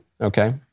Okay